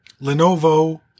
Lenovo